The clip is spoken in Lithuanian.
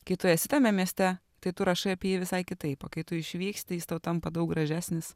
kai tu esi tame mieste tai tu rašai apie jį visai kitaip o kai tu išvyksti jis tau tampa daug gražesnis